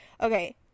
Okay